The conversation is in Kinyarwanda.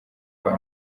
kwa